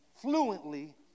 fluently